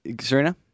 Serena